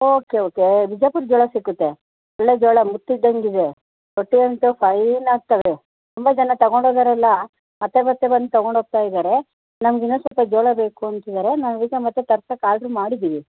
okay okay Bijapur ಜೋಳ ಸಿಕ್ಕುತ್ತೆ ಒಳ್ಳೆಯ ಜೋಳ ಮುತ್ತು ಇದ್ದಂಗೆ ಇದೆ ರೊಟ್ಟಿ ಅಂತೂ ಫೈನ್ ಆಗ್ತವೆ ತುಂಬ ಜನ ತಗೊಂಡು ಹೋದೋವ್ರೆಲ್ಲ ಮತ್ತೆ ಮತ್ತೆ ಬಂದು ತೊಗೊಂಡು ಹೋಗ್ತಾ ಇದ್ದಾರೆ ನಮ್ಗೆ ಇನ್ನೂ ಸ್ವಲ್ಪ ಜೋಳ ಬೇಕು ಅಂತಿದ್ದಾರೆ ನಾವು ಈಗ ಮತ್ತೆ ತರ್ಸಕ್ಕೆ ಆರ್ಡ್ರ್ ಮಾಡಿದ್ದೀವಿ